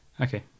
Okay